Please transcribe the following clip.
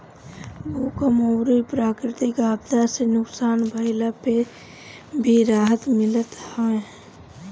भूकंप अउरी प्राकृति आपदा से नुकसान भइला पे भी राहत मिलत हअ